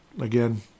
again